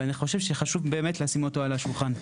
ואני חושב שחשוב באמת לשים אותו על השולחן.